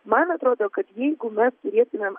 man atrodo kad jeigu mes turėtumėm